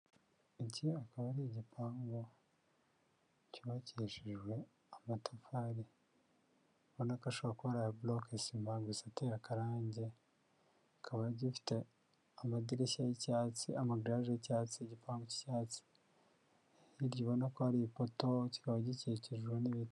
Iki akaba ari igipangu cyubakishijwe amatafari ubonako ashobora kuba ari aya buroke sima ateye akarange kaba gifite amadirishya y'icyatsi, amagiriyaje y'icyatsi, igipangu cy'icyatsi ntiribona ko ari ipoto kikaba gikikijwe n'ibiti.